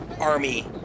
army